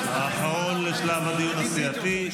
האחרון לשלב הדיון הסיעתי,